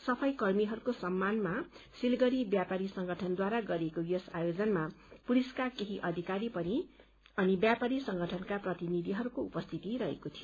सफाई कर्मीहरूको सम्मानमा सिलगढ़ी व्यापारी संगठनद्वारा गरिएको यस आयोजनमा पुलिसका केही अधिकारी अनि व्यापारी संगठनका प्रतिनिधिहरूको उपस्थिति रहेको थियो